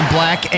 Black